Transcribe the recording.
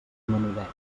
menudets